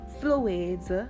fluids